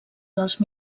dels